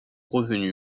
revenus